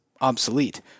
obsolete